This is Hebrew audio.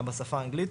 גם בשפה האנגלית,